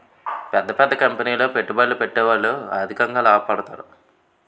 పెద్ద పెద్ద కంపెనీలో పెట్టుబడులు పెట్టేవాళ్లు ఆర్థికంగా లాభపడతారు